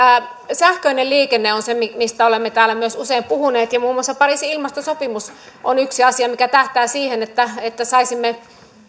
sähköinen liikenne on se mistä olemme täällä myös usein puhuneet ja muun muassa pariisin ilmastosopimus on yksi asia mikä tähtää siihen että että saisimme